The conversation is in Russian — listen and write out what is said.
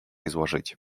изложить